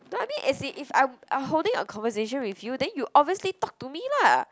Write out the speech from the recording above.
no I mean as in if I I holding a conversation with you then you obviously talk to me lah